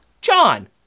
John